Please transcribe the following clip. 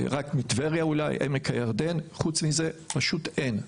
רק מטבריה אולי עמק הירדן, חוץ מזה פשוט אין.